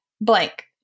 blank